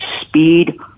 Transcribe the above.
Speed